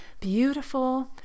beautiful